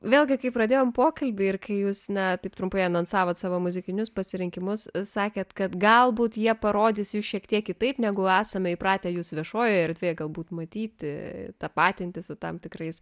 vėlgi kai pradėjome pokalbį ir kai jūs ne taip trumpai anonsavo savo muzikinius pasirinkimus sakėte kad galbūt jie parodys jus šiek tiek kitaip negu esame įpratę jus viešojoje erdvėje galbūt matyti tapatinti su tam tikrais